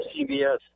CBS